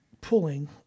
pulling